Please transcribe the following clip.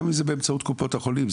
גם אם זה באמצעות קופות החולים,